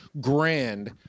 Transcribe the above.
grand